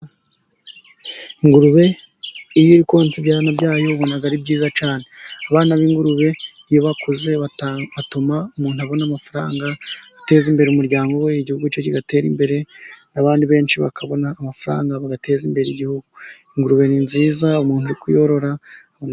Ingurube iyo iri konsa ibyana byayo ubona ari byiza cyane. Abana b'ingurube iyo bakuze batuma umuntu abona amafaranga ateza imbere umuryango we, igihugu cye kigatera imbere abandi benshi bakabona amafaranga bagateza imbere igihugu. Ingurube ni nziza umuntu kuyorora.